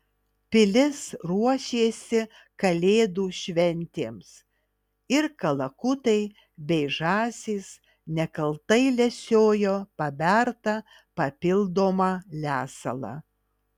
pilis ruošėsi kalėdų šventėms ir kalakutai bei žąsys nekaltai lesiojo pabertą papildomą lesalą